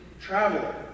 traveler